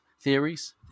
theories